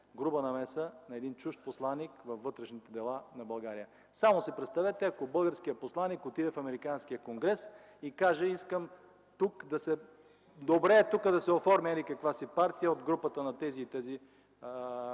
груба намеса на един чужд посланик във вътрешните дела на България. Само си представете, ако българският посланик отиде в американския Конгрес и каже: „Добре е тук да се оформи еди-каква си партия от групата на тези и тези